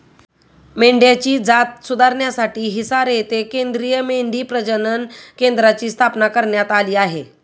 मेंढ्यांची जात सुधारण्यासाठी हिसार येथे केंद्रीय मेंढी प्रजनन केंद्राची स्थापना करण्यात आली आहे